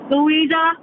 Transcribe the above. Louisa